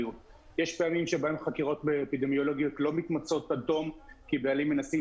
לסיים חקירה אפידמיולוגית עד תום כי אנחנו בסופו של דבר